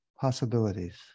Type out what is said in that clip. possibilities